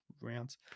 rounds